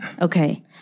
okay